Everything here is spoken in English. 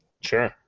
Sure